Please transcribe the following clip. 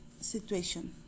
situation